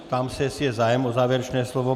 Ptám se, jestli je zájem o závěrečné slovo.